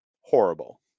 horrible